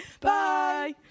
Bye